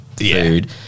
food